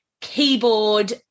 keyboard